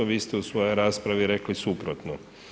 Vi ste u svojoj raspravi rekli suprotno.